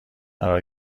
قرار